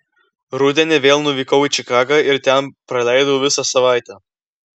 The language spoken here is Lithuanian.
rudenį vėl nuvykau į čikagą ir ten praleidau visą savaitę